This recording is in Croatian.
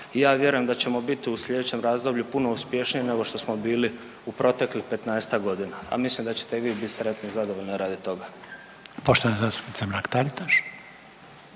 i ja vjerujem da ćemo biti u sljedećem razdoblju puno uspješniji nego što smo bili u proteklih 15-ak godina, a mislim da ćete i vi biti sretni i zadovoljni radi toga. **Reiner, Željko